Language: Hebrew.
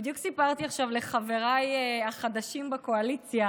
בדיוק סיפרתי עכשיו לחבריי החדשים בקואליציה